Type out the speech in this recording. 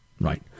Right